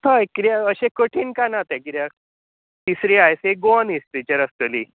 हय कित्याक अशे कठीण कांय ना तें कित्याक तिसरी आय एस ए गोवन हिस्ट्रीचेर आसतली